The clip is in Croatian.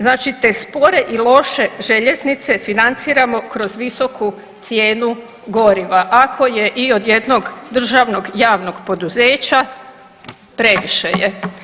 Znači te spore i loše željeznice financiramo kroz visoku cijenu goriva, ako je i od jednog državnog javnog poduzeća previše je.